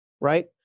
Right